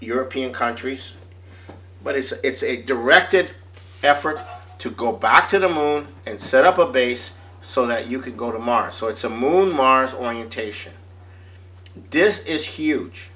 european countries but it's a directed effort to go back to them alone and set up a base so that you could go to mars so it's a moon mars orientation this is huge